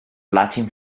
latin